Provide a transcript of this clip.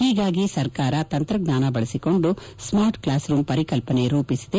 ಹೀಗಾಗಿ ಸರಕಾರ ತಂತ್ರಜ್ಞಾನವನ್ನು ಬಳಸಿಕೊಂಡು ಸ್ಗಾರ್ಟ್ಕ್ಲಾಸ್ ರೂಂ ಪರಿಕಲ್ಲನೆ ರೂಪಿಸಲಾಗಿದೆ